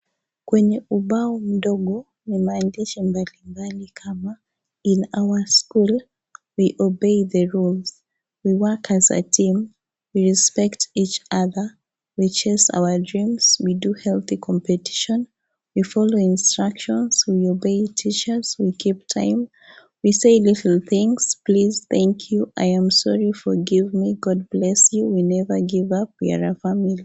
Kwenye ubao mdogo ni maandishi balimbali kama in our school we obey the rules we work as a team we respect each other we chase our dreams we do healthy competition we follow instructions we obey teachers we keep time we say little things please thankyou i am sorry forgive me god bless you we never give up we are a family .